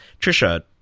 trisha